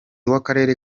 bw’akarere